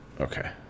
Okay